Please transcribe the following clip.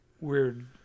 weird